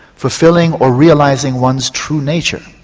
fulfilling or realising one's true nature.